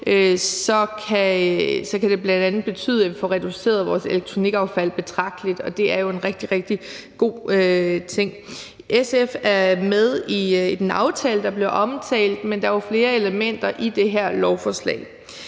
på, kan det bl.a. betyde, at vi får reduceret vores elektronikaffald betragteligt, og det er jo en rigtig, rigtig god ting. SF er med i den aftale, der bliver omtalt, men der er jo flere elementer i det her lovforslag.